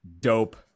dope